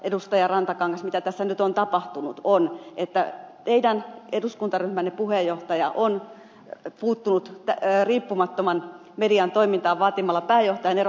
rantakangas mitä tässä nyt on tapahtunut on että teidän eduskuntaryhmänne puheenjohtaja on puuttunut riippumattoman median toimintaan vaatimalla pääjohtajan eroa